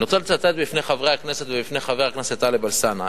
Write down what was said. אני רוצה לצטט בפני חברי הכנסת ובפני חבר הכנסת אלסאנע,